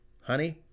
Honey